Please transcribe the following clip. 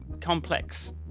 complex